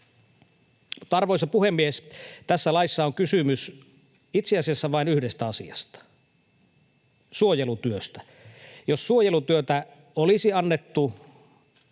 Arvoisa puhemies! Tässä laissa on kysymys itse asiassa vain yhdestä asiasta: suojelutyöstä. Jos suojelutyötä olisi annettu